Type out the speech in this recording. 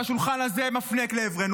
שהשולחן הזה מפנה לעברנו.